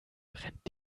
brennt